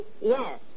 Yes